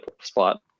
spot